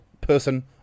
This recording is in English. person